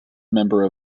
member